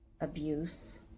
abuse